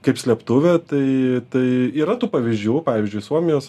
kaip slėptuvė tai tai yra tų pavyzdžių pavyzdžiui suomijos